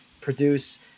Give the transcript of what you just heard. produce